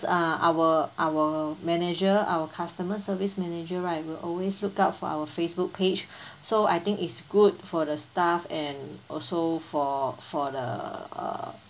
uh our our manager our customer service manager right will always look out for our Facebook page so I think it's good for the staff and also for for the uh